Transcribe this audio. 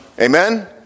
Amen